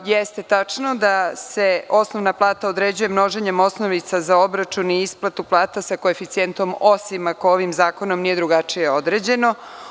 Jeste tačno da se osnovna plata određuje množenjem osnovica za obračun i isplatu plata sa koeficijentom, osim ako ovim zakonom nije drugačije određeno.